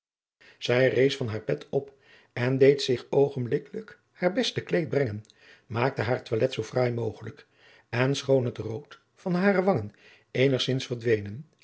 zij rees van haar bed op en deed zich oogenblikkelijk haar beste kleed brengen maakte haar toilet zoo fraai mogelijk en schoon het rood van hare wangen eenigzins verdwenen